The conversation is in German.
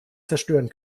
zerstören